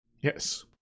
Yes